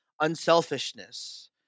unselfishness